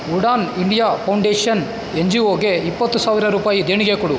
Udan India Foundation ಎನ್ ಜಿ ಓಗೆ ಇಪ್ಪತ್ತು ಸಾವಿರ ರೂಪಾಯಿ ದೇಣಿಗೆ ಕೊಡು